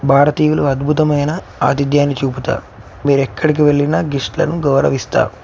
భారతీయులు అద్భుతమైన ఆతిధ్యాన్ని చూపుతారు మీరు ఎక్కడికి వెళ్ళినా గెస్టులను గౌరవిస్తారు